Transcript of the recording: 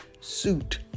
suit